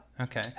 Okay